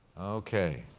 okay.